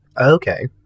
Okay